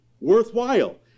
worthwhile